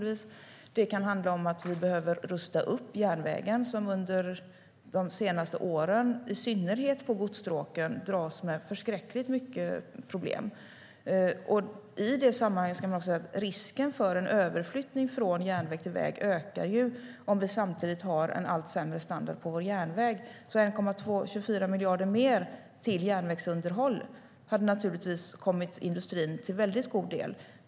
Vi kan behöva rusta upp järnvägen - i synnerhet godsstråken - som under de senaste åren dragits med förskräckligt mycket problem. Risken för en överflyttning från järnväg till väg ökar ju om det samtidigt blir en allt sämre standard på järnvägen. Ett järnvägsunderhåll på 24 miljarder mer hade naturligtvis kommit industrin till del.